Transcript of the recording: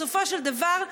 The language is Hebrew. בסופו של דבר,